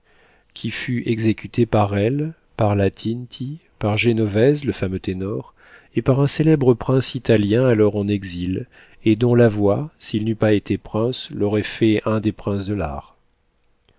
qui fut exécuté par elle par la tinti par génovèse le fameux ténor et par un célèbre prince italien alors en exil et dont la voix s'il n'eût pas été prince l'aurait fait un des princes de l'art